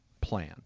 plan